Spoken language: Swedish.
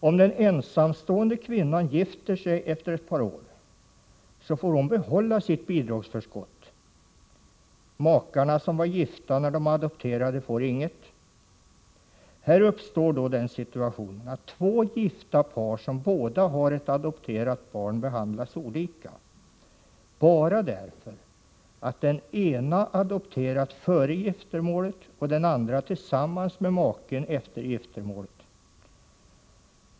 Om den ensamstående kvinnan gifter sig ett par år senare får hon behålla sitt bidragsförskott. Makarna som var gifta redan när de adopterade får däremot inget. Här uppstår den situationen att två gifta par som båda har ett adopterat barn behandlas olika. Orsaken är att den ena hade adopterat före giftermålet, och den andra hade gjort det tillsammans med maken efter giftermålet.